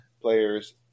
players